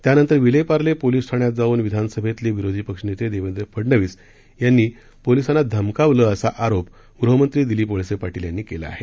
त्यानंतर विलेपार्ले पोलीस ठाण्यात जाऊन विधानसभेतले विरोधी पक्षनेते देवेंद्र फडनवीस यांनी पोलिसांना धमकावलं असा आरोप गृहमंत्री दिलीप वळसे पाटील यांनी केला आहे